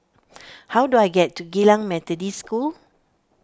how do I get to Geylang Methodist School